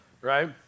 right